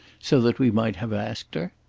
so that we might have asked her.